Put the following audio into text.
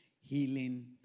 Healing